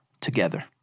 together